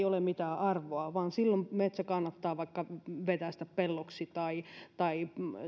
ole mitään arvoa silloin metsä kannattaa vaikka vetäistä pelloksi tai tai